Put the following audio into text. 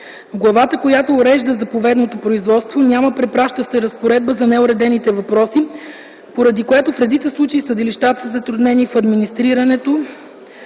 главата, която урежда заповедното производство няма препращаща разпоредба за неуредените въпроси, поради което в редица случаи съдилищата са затруднени в администрирането,